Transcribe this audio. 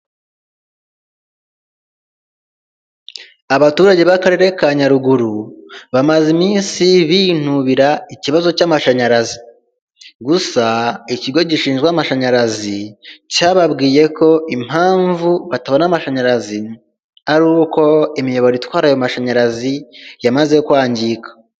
Abaturage b'akarere ka Nyaruguru, bamaze iminsi binubira ikibazo cy'amashanyarazi, gusa ikigo gishinzwe amashanyarazi, cyababwiye ko impamvu batabona amashanyarazi, ari uko imiyoboro itwara ayo mashanyarazi yamaze kwangirika.